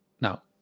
now